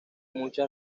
mucha